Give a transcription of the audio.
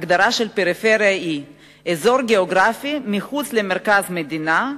הגדרה של פריפריה היא: "אזור גיאוגרפי מחוץ למרכז מדינה,